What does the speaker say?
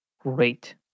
Great